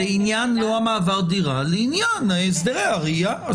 לעניין לא המעבר דירה, לעניין הסדרי הראייה.